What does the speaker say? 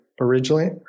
originally